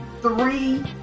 three